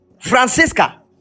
Francisca